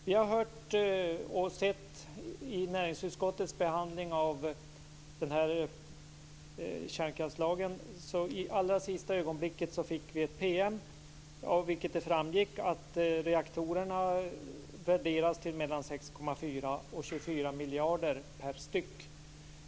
Vi har hört och sett i näringsutskottets behandling av kärnkraftslagen att vi i allra sista ögonblicket fick ett PM av vilket det framgick att reaktorerna värderas till mellan 6,4 och 24 miljarder styck.